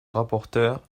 rapporteur